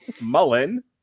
Mullen